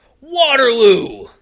Waterloo